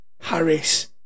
Harris